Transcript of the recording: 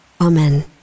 Amen